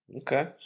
okay